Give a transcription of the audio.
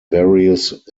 various